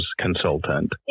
consultant